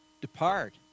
Depart